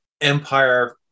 Empire